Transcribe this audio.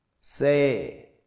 Say